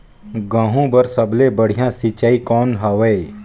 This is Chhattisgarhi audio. गहूं बर सबले बढ़िया सिंचाई कौन हवय?